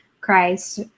christ